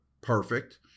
Perfect